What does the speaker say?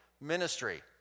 ministry